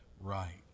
right